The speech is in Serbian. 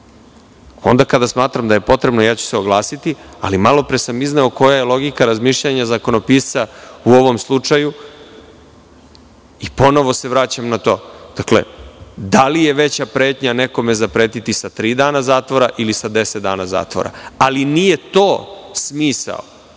Onda kada smatram da je potrebno, ja ću se oglasiti, ali malopre sam izneo koja je logika razmišljanja zakonopisca u ovom slučaju i ponovo se vraćam na to. Dakle, da li je veća pretnja nekome zapretiti sa tri dana zatvora ili sa deset dana zatvora? Ali, nije to smisao.